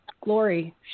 glory